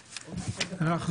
חברים,